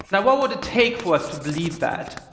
now, what would it take for us to believe that?